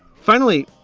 finally,